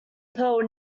pearl